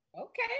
Okay